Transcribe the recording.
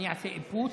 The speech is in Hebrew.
אני אעשה איפוס.